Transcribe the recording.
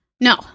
No